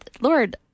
Lord